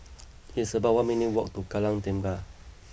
it's about one minutes walk to Kallang Tengah